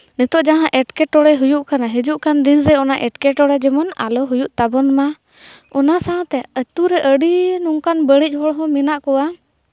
ᱱᱤᱛᱳᱜ ᱡᱟᱦᱟᱸ ᱮᱴᱠᱮᱴᱚᱬᱮ ᱦᱩᱭᱩᱜ ᱠᱟᱱᱟ ᱦᱤᱡᱩᱜ ᱠᱟᱱ ᱫᱤᱱ ᱨᱮ ᱚᱱᱟ ᱮᱴᱠᱮᱴᱚᱬᱮ ᱡᱮᱢᱚᱱ ᱟᱞᱚ ᱦᱩᱭᱩᱜ ᱛᱟᱵᱚᱱ ᱢᱟ ᱚᱱᱟ ᱥᱟᱶᱛᱮ ᱟᱹᱛᱩ ᱨᱮ ᱟᱹᱰᱤ ᱱᱚᱝᱠᱟᱱ ᱵᱟᱹᱲᱤᱡᱽ ᱦᱚᱲ ᱦᱚᱸ ᱢᱮᱱᱟᱜ ᱠᱚᱣᱟ